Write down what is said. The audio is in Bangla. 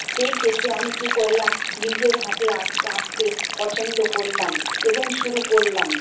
সেই দেখে আমি কী করলাম নিজের হাঁকে আঁক আঁকতে পছন্দ করলাম এবং শুরু করলাম